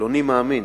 חילוני מאמין,